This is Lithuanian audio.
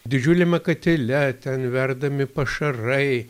didžiuliame katile ten verdami pašarai